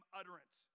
utterance